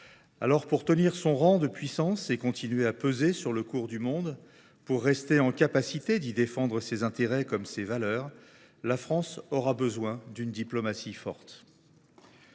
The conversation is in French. Aussi, pour tenir son rang de puissance et continuer à peser sur le cours du monde, pour rester en mesure d’y défendre ses intérêts comme ses valeurs, la France aura besoin d’une diplomatie forte.